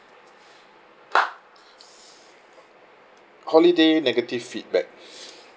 holiday negative feedback